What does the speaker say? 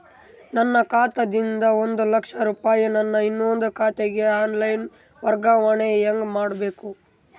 ನನ್ನ ಖಾತಾ ದಿಂದ ಒಂದ ಲಕ್ಷ ರೂಪಾಯಿ ನನ್ನ ಇನ್ನೊಂದು ಖಾತೆಗೆ ಆನ್ ಲೈನ್ ವರ್ಗಾವಣೆ ಹೆಂಗ ಮಾಡಬೇಕು?